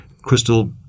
Crystal